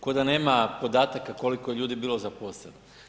Kao da nema podataka koliko je ljudi bilo zaposleno.